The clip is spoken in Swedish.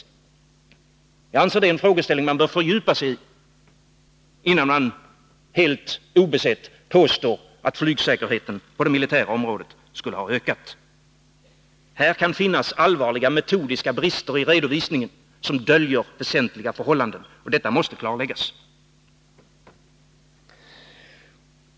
Jag anser att detta är en frågeställning som man bör fördjupa sig i innan man helt obesett påstår att flygsäkerheten på det militära området skulle ha ökat. Det kan finnas allvarliga metodiska brister i redovisningen som döljer väsentliga förhållanden, och detta måste klarläggas.